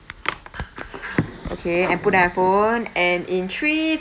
okay and put down your phone and in three